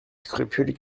scrupules